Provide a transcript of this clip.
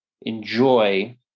enjoy